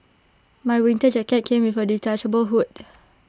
my winter jacket came with A detachable hood